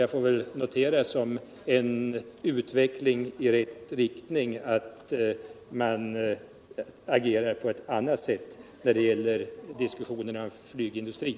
Jag får väl notera som en utveckling i rätt riktning att man agerar på ett annat sätt när det gäller diskussionerna om flygindustrin.